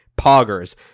poggers